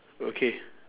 okay